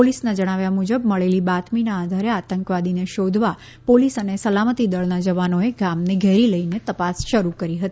પોલીસના જણાવ્યા મુજબ મળેલી બાતમીના આધારે આતંકવાદીને શોધવા પોલીસ અને સલામતીદળના જવાનોએ આ ગામને ઘેરી લઇ તપાસ શરૂ કરી હતી